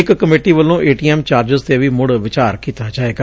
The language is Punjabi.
ਇਕ ਕਮੇਟੀ ਵੱਲੋਂ ਏ ਟੀ ਐਮ ਚਾਰਜਜ਼ ਤੇ ਵੀ ਮੁੜ ਵਿਚਾਰ ਕੀਤਾ ਜਾਏਗਾ